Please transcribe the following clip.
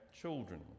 children